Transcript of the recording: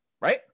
right